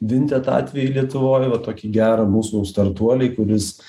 vinted atvejį lietuvoj va tokį gerą mūsų startuolį kuris